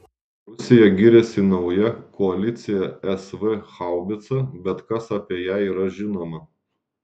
rusija giriasi nauja koalicija sv haubica bet kas apie ją yra žinoma